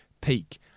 peak